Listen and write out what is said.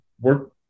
work